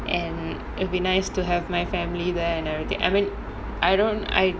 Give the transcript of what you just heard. and it'll be nice to have my family there and everything I mean I don't I